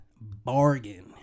bargain